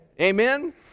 Amen